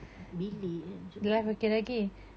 bilik kan macam tu